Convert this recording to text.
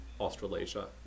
Australasia